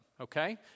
okay